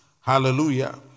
Hallelujah